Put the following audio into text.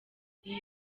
iyi